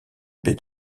baie